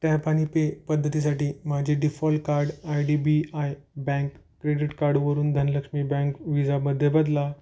tap आणि pay पद्धतीसाठी माझे default card I D B I bank credit काडवरून धनलक्ष्मी बँक विजामध्ये बदला